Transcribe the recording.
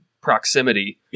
proximity